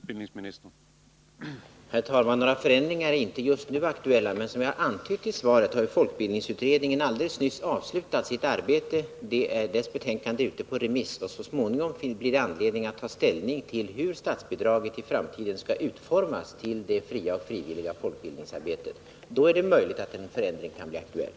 Herr talman! Några förändringar är inte aktuella just nu, men som jag antydde i svaret har ju folkbildningsutredningen alldeles nyss avslutat sitt arbete. Dess betänkande är ute på remiss, och så småningom finns det anledning att ta ställning till hur statsbidraget till det fria och frivilliga folkbildningsarbetet skall utformas i framtiden. Då är det möjligt att en förändring kan bli aktuell.